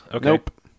Nope